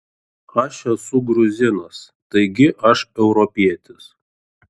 aš esu gruzinas taigi aš europietis